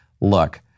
look